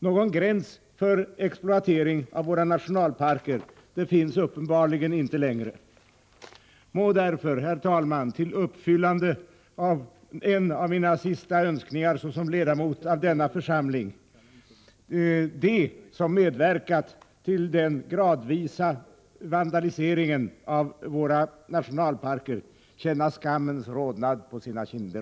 Någon gräns för exploateringar av våra nationalparker finns uppenbarligen inte längre. Må därför, herr talman, till uppfyllande av en av mina sista önskningar såsom ledamot av denna församling, de som medverkat till den gradvisa vandaliseringen av våra nationalparker känna skammens rodnad på sina kinder.